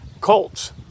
Colts